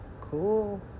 Cool